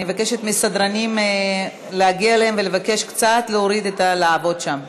אני מבקשת מהסדרנים להגיע אליהם ולבקש להוריד קצת את הלהבות שם.